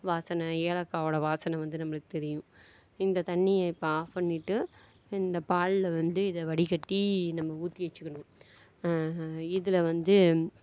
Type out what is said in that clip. வாசனை ஏலக்காயோட வாசனை வந்து நம்மளுக்கு தெரியும் இந்த தண்ணியை இப்போ ஆஃப் பண்ணிவிட்டு இந்த பாலில் வந்து இதை வடி கட்டி நம்ம ஊற்றி வெச்சிக்கணும் இதில் வந்து